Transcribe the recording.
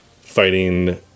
fighting